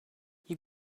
you